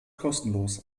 kostenlos